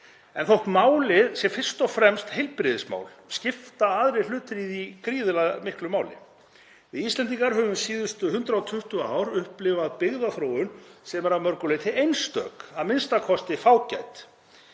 Þótt málið sé fyrst og fremst heilbrigðismál skipta aðrir hlutir í því gríðarlega miklu máli. Við Íslendingar höfum síðustu 120 ár upplifað byggðaþróun sem er að mörgu leyti einstök, a.m.k. fágæt.